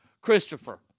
Christopher